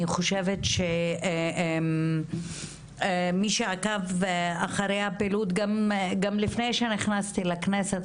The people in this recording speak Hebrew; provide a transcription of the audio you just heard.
אני חושבת שמי שעקב אחרי הפעילות גם לפני שנכנסתי לכנסת,